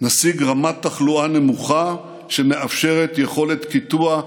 נשיג רמת תחלואה נמוכה שמאפשרת יכולת קיטוע.